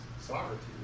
sovereignty